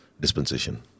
dispensation